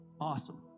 Awesome